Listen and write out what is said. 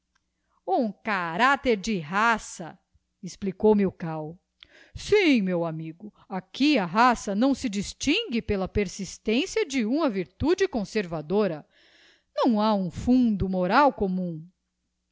um caracter de raça explicou milkau sim meu amigo aqui a raça não se distingue pela persistência de uma virtude conservadora não ha um fundo moral commum